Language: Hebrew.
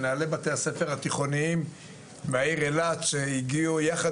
מנהלי בתי הספר התיכוניים מהעיר אילת שהגיעו יחד